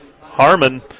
Harmon